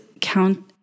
count